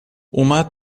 اومد